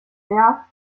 der